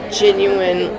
genuine